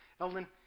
Eldon